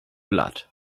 blood